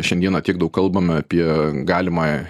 šiandieną tiek daug kalbam apie galimą